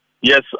yes